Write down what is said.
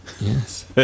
Yes